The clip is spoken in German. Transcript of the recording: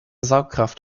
saugkraft